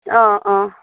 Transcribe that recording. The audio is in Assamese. অ অ